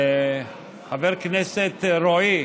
חבר הכנסת, חבר הכנסת רועי,